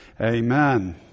amen